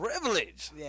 privilege